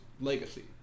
legacy